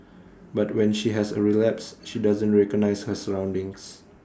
but when she has A relapse she doesn't recognise her surroundings